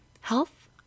health